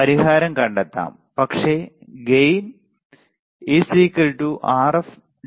അതിനാൽ പരിഹാരം കണ്ടെത്താം പക്ഷേ gain Rf R1 ആണ്